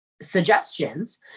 suggestions